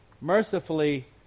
mercifully